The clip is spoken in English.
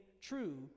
true